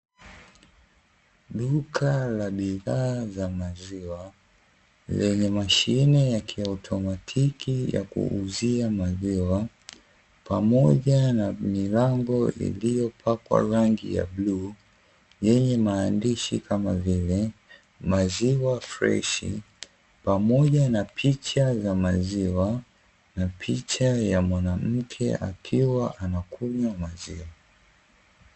Duka la bidhaa za maziwa, lenye mashine ya kiautomatiki ya kuuzia maziwa, pamoja na milango iliyopakwa rangi ya bluu, yenye maandishi kama vile, "maziwa freshi", pamoja na picha za maziwa na picha ya mwanamke akiwa anakunywa maziwa.